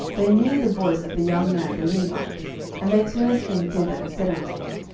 they knew the voice of the young man the levite and they turned in thither, and said unto him,